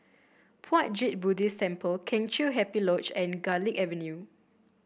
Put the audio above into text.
Puat Jit Buddhist Temple Kheng Chiu Happy Lodge and Garlick Avenue